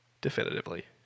definitively